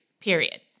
period